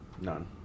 None